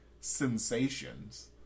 sensations